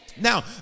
Now